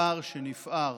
הפער שנפער